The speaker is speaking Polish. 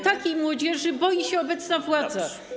Takiej młodzieży boi się obecna władza.